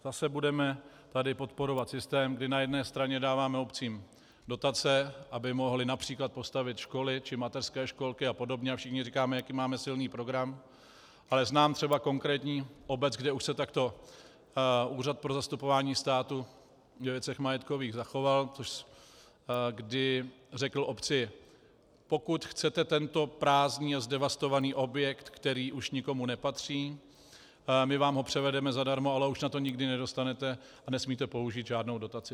Zase budeme tady podporovat systém, kdy na jedné straně dáváme obcím dotace, aby mohly například postavit školy či mateřské školky apod., a všichni říkáme, jaký máme silný program, ale znám třeba konkrétní obec, kde už se takto Úřad pro zastupování státu ve věcech majetkových zachoval, kdy řekl obci: pokud chcete tento prázdný a zdevastovaný objekt, který už nikomu nepatří, my vám ho převedeme zadarmo, ale už na to nikdy nedostanete a nesmíte použít žádnou dotaci.